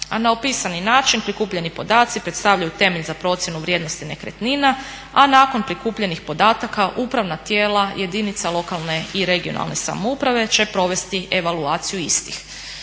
A na opisani način prikupljeni podaci predstavljaju temelj za procjenu vrijednosti nekretnina a nakon prikupljenih podataka upravna tijela jedinica lokalne i regionalne samouprave će provesti evaluaciju istih.